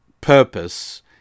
purpose